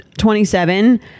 27